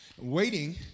Waiting